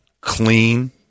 clean